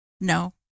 No